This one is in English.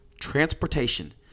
transportation